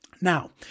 Now